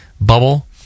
bubble